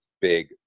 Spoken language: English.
big